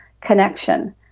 connection